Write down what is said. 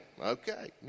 Okay